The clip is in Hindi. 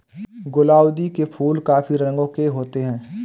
गुलाउदी के फूल काफी रंगों के होते हैं